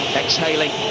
exhaling